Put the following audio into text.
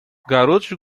garotos